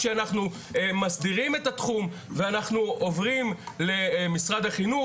כשאנחנו מסדירים את התחום ואנחנו עוברים למשרד החינוך